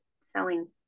selling